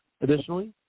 Additionally